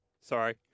Sorry